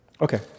Okay